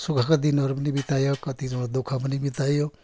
सुखका दिनहरू पनि बिताइयो कति ठाउँ दुःख पनि बिताइयो